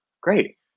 Great